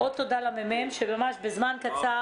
על כך שבזמן קצר